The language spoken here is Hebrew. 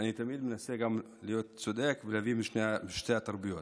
אני תמיד מנסה גם להיות צודק ולהביא משתי התרבויות.